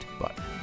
button